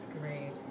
Great